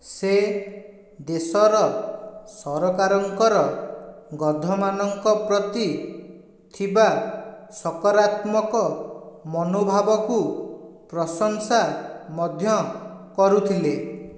ସେ ଦେଶର ସରକାରଙ୍କର ଗଧମାନଙ୍କ ପ୍ରତି ଥିବା ସକରାତ୍ମକ ମନୋଭାବକୁ ପ୍ରଶଂସା ମଧ୍ୟ କରୁଥିଲେ